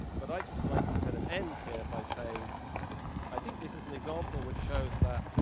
but i just like to kind of end here by saying i think this is an example which shows that,